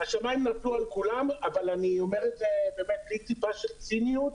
שהשמיים נפלו על כולם אבל אני אומר את זה בלי טיפה של ציניות,